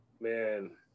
Man